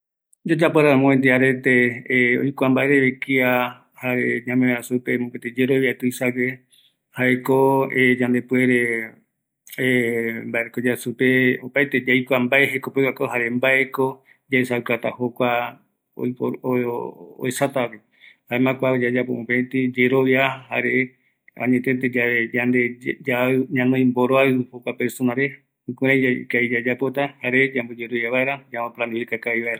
ɨyayapo yave möpëtï arete yaikuauka mbaereve kiaretape yave, ngara ñamoërakua, jüküraï oïme vaera yerovia, jare ipɨakañi oesa yave yayapo superetava, jaeko mopëtirami yayomborɨta, oëkavi vaera opaetevape